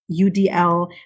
UDL